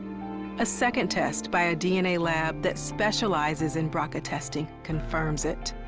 a second test by a dna lab that specializes in brca testing confirms it.